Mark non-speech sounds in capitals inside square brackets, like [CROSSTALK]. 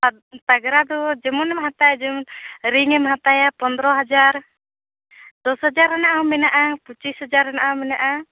[UNINTELLIGIBLE] ᱯᱟᱜᱽᱨᱟ ᱫᱚ ᱡᱮᱢᱚᱱᱮᱢ ᱦᱟᱛᱟᱣ ᱡᱮᱢᱚᱱ ᱨᱤᱝ ᱮᱢ ᱦᱟᱛᱟᱣ ᱯᱚᱱᱰᱨᱳ ᱦᱟᱡᱟᱨ ᱫᱚᱥ ᱦᱟᱡᱟᱨ ᱨᱮᱱᱟᱜ ᱦᱚᱸ ᱢᱮᱱᱟᱜᱼᱟ ᱯᱩᱪᱤᱥ ᱦᱟᱡᱟᱨ ᱨᱮᱱᱟᱜ ᱦᱚᱸ ᱢᱮᱱᱟᱜᱼᱟ